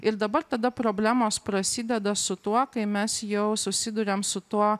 ir dabar tada problemos prasideda su tuo kai mes jau susiduriam su tuo